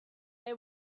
they